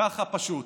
ככה פשוט.